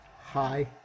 Hi